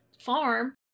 farm